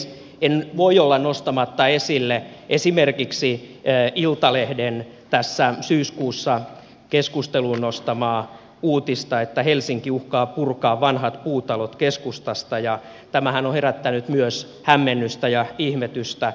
en voi olla nostamatta esille esimerkiksi iltalehden tässä syyskuussa keskusteluun nostamaa uutista että helsinki uhkaa purkaa vanhat puutalot keskustasta ja tämähän on herättänyt myös hämmennystä ja ihmetystä